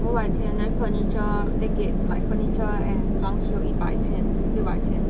五百千 then furniture take it like furniture and 装修一百千六百千